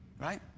right